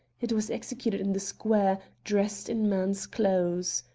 it was executed in the square, dressed in man's clothes.